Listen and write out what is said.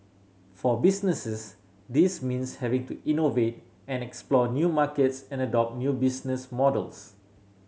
for businesses this means having to innovate and explore new markets and adopt new business models